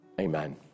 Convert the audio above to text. Amen